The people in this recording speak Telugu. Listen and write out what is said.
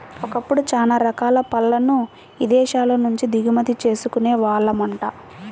ఒకప్పుడు చానా రకాల పళ్ళను ఇదేశాల నుంచే దిగుమతి చేసుకునే వాళ్ళమంట